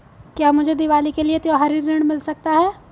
क्या मुझे दीवाली के लिए त्यौहारी ऋण मिल सकता है?